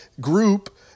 group